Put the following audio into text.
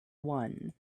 one